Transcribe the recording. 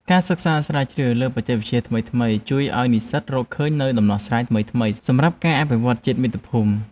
ការសិក្សាស្រាវជ្រាវលើបច្ចេកវិទ្យាថ្មីៗជួយឱ្យនិស្សិតរកឃើញនូវដំណោះស្រាយថ្មីៗសម្រាប់ការអភិវឌ្ឍជាតិមាតុភូមិ។